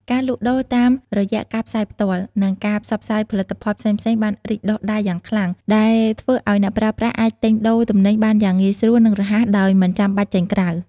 ការលក់ដូរតាមរយៈការផ្សាយផ្ទាល់ និងការផ្សព្វផ្សាយផលិតផលផ្សេងៗបានរីកដុះដាលយ៉ាងខ្លាំង ដែលធ្វើឱ្យអ្នកប្រើប្រាស់អាចទិញដូរទំនិញបានយ៉ាងងាយស្រួល និងរហ័សដោយមិនចាំបាច់ចេញក្រៅ។